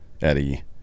Eddie